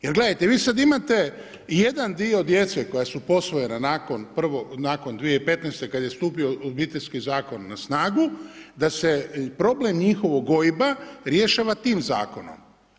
Jer gledajte, vi sad imate jedan dio djece koja su posvojena nakon 2015. kad je stupio Obiteljski zakon na snagu, da se problem njihovog OIB-a rješava tim Zakonom.